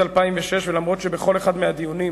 אופיר אקוניס (יו"ר ועדת הכלכלה):